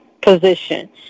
position